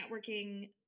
Networking